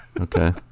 Okay